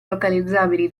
localizzabili